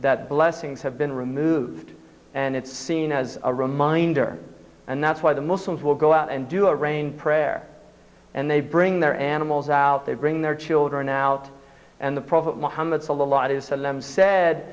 that blessings have been removed and it's seen as a reminder and that's why the muslims will go out and do a rain prayer and they bring their animals out there bring their children out and the